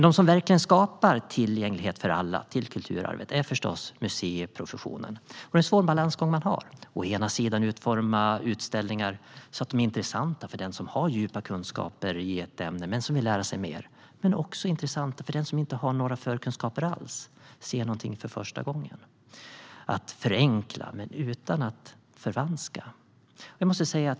De som verkligen skapar tillgänglighet för alla till kulturarvet är förstås museiprofessionen. Det är en svår balansgång. Det handlar om att utforma utställningar som å ena sidan är intressanta för den som har djupa kunskaper i ett ämne men som vill lära sig mer och å andra sidan är intressanta för den som inte har några förkunskaper alls och ser något för första gången. Det handlar om att förenkla utan att förvanska.